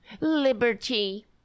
Liberty